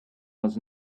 was